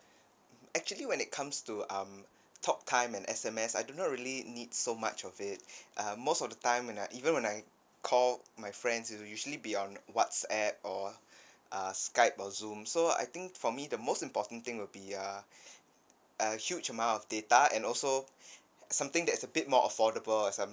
actually when it comes to um talk time and S_M_S I do not really need so much of it uh most of the time when I even when I called my friends we will usually be on WhatsApp or uh Skype or Zoom so I think for me the most important thing will be uh a huge amount of data and also something that's a bit more affordable as I'm